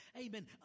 amen